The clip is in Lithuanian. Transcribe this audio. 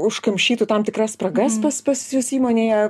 užkamšytų tam tikras spragas pas pas jus įmonėje